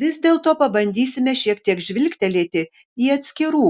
vis dėlto pabandysime šiek tiek žvilgtelėti į atskirų